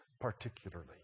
Particularly